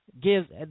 gives